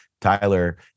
Tyler